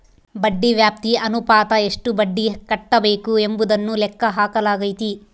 ಬಡ್ಡಿ ವ್ಯಾಪ್ತಿ ಅನುಪಾತ ಎಷ್ಟು ಬಡ್ಡಿ ಕಟ್ಟಬೇಕು ಎಂಬುದನ್ನು ಲೆಕ್ಕ ಹಾಕಲಾಗೈತಿ